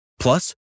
Plus